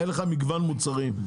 אין לך מגוון מוצרים.